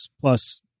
Plus